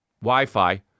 Wi-Fi